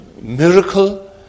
miracle